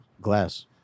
glass